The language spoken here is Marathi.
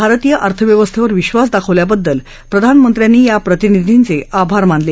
भारतीय अर्थव्यवस्थेवर विश्वास दाखवल्या बद्दल प्रधानमंत्र्यांनी या प्रतिनिधींचे आभार मानले